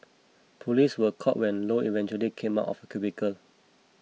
police were called when Low eventually came out of the cubicle